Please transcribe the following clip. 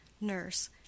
Nurse